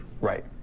Right